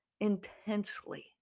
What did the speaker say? intensely